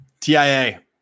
TIA